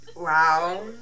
wow